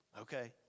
Okay